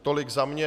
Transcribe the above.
Tolik za mě.